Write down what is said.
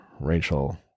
Rachel